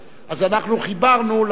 אז אנחנו חיברנו למרות,